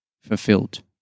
fulfilled